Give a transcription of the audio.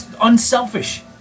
unselfish